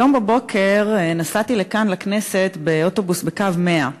הבוקר נסעתי לכאן לכנסת באוטובוס בקו 100,